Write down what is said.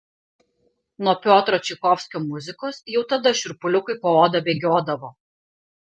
nuo piotro čaikovskio muzikos jau tada šiurpuliukai po oda bėgiodavo